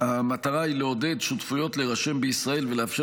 המטרה היא לעודד שותפויות להירשם בישראל ולאפשר